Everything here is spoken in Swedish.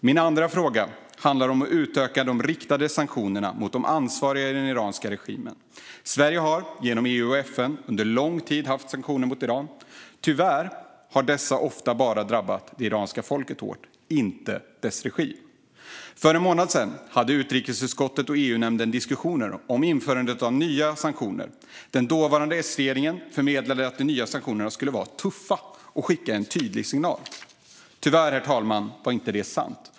Min andra fråga handlar om att utöka de riktade sanktionerna mot de ansvariga i den iranska regimen. Sverige har genom EU och FN under lång tid haft sanktioner mot Iran. Tyvärr har dessa ofta bara drabbat det iranska folket hårt, inte dess regim. För en månad sedan hade utrikesutskottet och EU-nämnden diskussioner om införandet av nya sanktioner. Den dåvarande S-regeringen förmedlade att de nya sanktionerna skulle vara tuffa och skicka en tydlig signal. Tyvärr, herr talman, var detta inte sant.